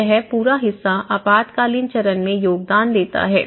तो यह पूरा हिस्सा आपातकालीन चरण में योगदान देता है